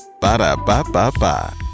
Ba-da-ba-ba-ba